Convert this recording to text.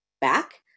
back